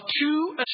two